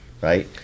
Right